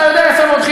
אתה יודע יפה מאוד,